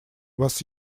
was